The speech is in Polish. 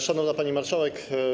Szanowna Pani Marszałek!